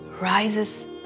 rises